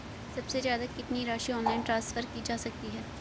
सबसे ज़्यादा कितनी राशि ऑनलाइन ट्रांसफर की जा सकती है?